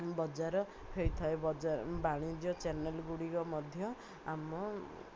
ବଜାର ହୋଇଥାଏ ବଜାର ବାଣିଜ୍ୟ ଚ୍ୟାନେଲ୍ଗୁଡ଼ିକ ମଧ୍ୟ ଆମ